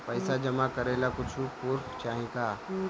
पैसा जमा करे ला कुछु पूर्फ चाहि का?